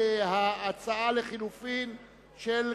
ההצבעה הסתיימה.